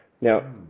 Now